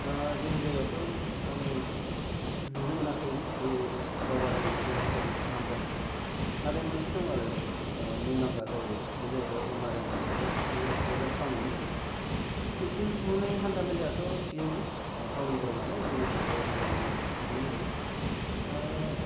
आ जोंनि जायगायावथ' आङो नुनो मोनाखै बे गावारि देहाफाहामसालिखौ नाथाय मानसे दं आरो आ मुंदांखा जायो बे जाहैबाय एम आर एम हसपिताल बे कक्राझार थाउनावनो दं बेसिम सहैनाय हान्था मेलायाथ' थिगैनो ओ थाउननि गेजेराव नालाय जेनिफ्रायबो मोजाङै सफैनो हायो दा